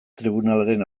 tribunalaren